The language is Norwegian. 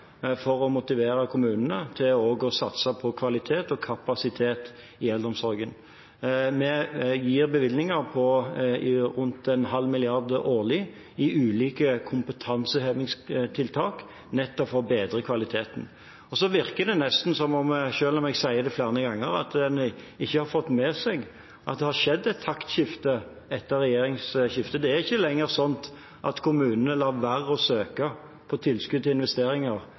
for å motivere kommunene til å satse på kvalitet og kapasitet i eldreomsorgen. Vi gir bevilgninger på rundt en halv milliard årlig i ulike kompetansehevingstiltak, nettopp for å bedre kvaliteten. Så virker det nesten som om – selv om jeg sier det flere ganger – en ikke har fått med seg at det har skjedd et taktskifte etter regjeringsskiftet. Det er ikke lenger slik at kommunene lar være å søke på tilskudd til investeringer